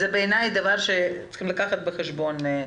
זה בעיניי דבר שצריך לקחת בחשבון.